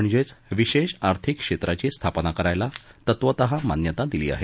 म्हणजेच विशेष आर्थिक क्षेत्राची स्थापना करायला तत्वतः मान्यता दिली आहे